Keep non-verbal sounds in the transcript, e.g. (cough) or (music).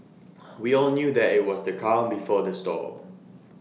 (noise) we all knew that IT was the calm before the storm